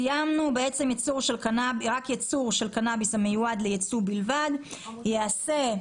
ייצור של קנאביס המיועד לייצוא בלבד ייעשה.